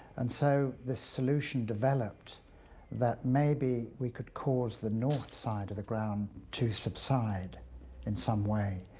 and so this solution developed that maybe we could cause the north side of the ground to subside in some way.